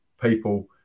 people